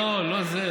לא, לא זה.